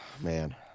man